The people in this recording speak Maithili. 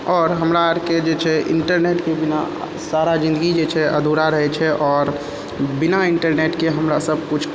आओर हमरा अरके जे छै इन्टरनेटके बिना सारा जिन्दगी जे छै अधूरा रहै छै आओर बिना इन्टरनेटके हमरासब किछु